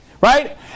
right